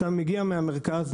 אתה מגיע מהמרכז,